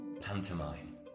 Pantomime